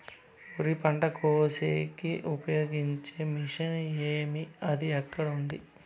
వరి పంట కోసేకి ఉపయోగించే మిషన్ ఏమి అది ఎక్కడ ఉంది?